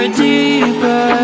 deeper